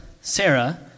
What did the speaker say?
Sarah